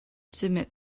submit